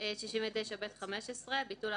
הכרה 69ב15. (א)